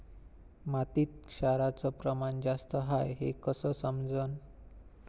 मातीत क्षाराचं प्रमान जास्त हाये हे कस समजन?